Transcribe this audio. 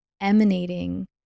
emanating